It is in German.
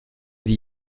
die